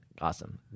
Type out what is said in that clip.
awesome